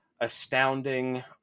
astounding